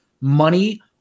money